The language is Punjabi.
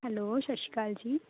ਹੈਲੋ ਸਤਿ ਸ਼੍ਰੀ ਅਕਾਲ ਜੀ